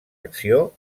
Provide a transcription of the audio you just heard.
acció